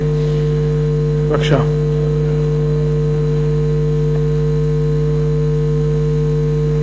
מרגש, אני חושבת שחלקנו אפילו הזיל